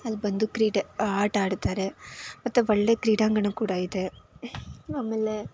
ಅಲ್ಲಿ ಬಂದು ಕ್ರೀಡೆ ಆಟ ಆಡ್ತಾರೆ ಮತ್ತು ಒಳ್ಳೆ ಕ್ರೀಡಾಂಗಣ ಕೂಡ ಇದೆ ಆಮೇಲೆ